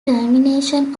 termination